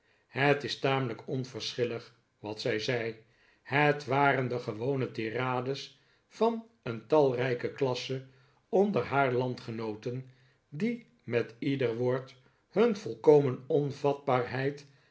het is tamelijk onverschillig wat zij zei het waren de gewone tirades van een talrijke klasse onder haar iandgcnooten die met ieder woord hun volkomen